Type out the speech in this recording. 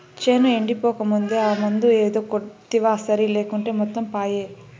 చేను ఎండిపోకముందే ఆ మందు ఏదో కొడ్తివా సరి లేకుంటే మొత్తం పాయే